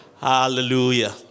Hallelujah